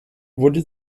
wurde